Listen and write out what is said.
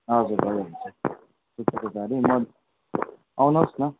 हजुर हजुर सुतीको साडी आउनुहोस् न